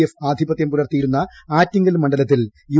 F ആധിപത്യം പുലർത്തിയിരുന്ന ആറ്റിങ്ങൽ മണ്ഡലത്തിൽ യു